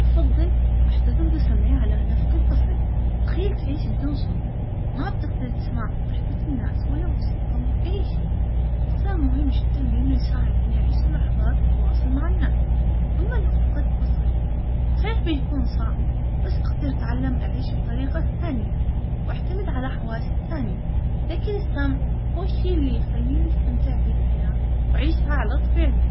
أفضل، أحتفظ بسمعي على أن افقد بصري تخيل تعيشي بدون صوت؟ ما بتقدري تسمع ضحكة الناس، ولا موسيقى ولا أي شيء السمع مهم جدا لأنه يساعدني أعيش اللحظات وأتواصل مع الناس، أما إذا فقدت بصري صحيح بيكون صعب، بس أقدر أتعلم أعيش بطريقة ثانيه وأعتمد على حواسي الثانية، لكن السمع.